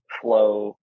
flow